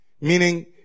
Meaning